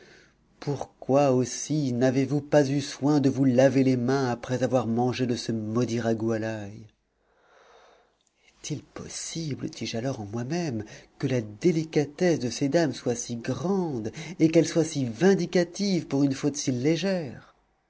pourquoi aussi n'avez-vous pas eu soin de vous laver les mains après avoir mangé de ce maudit ragoût à l'ail est-il possible dis-je alors en moi-même que la délicatesse de ces dames soit si grande et qu'elles soient si vindicatives pour une faute si légère